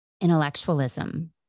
intellectualism